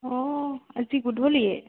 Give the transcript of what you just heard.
অ' আজি গধূলিয়ে